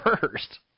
first